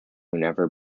never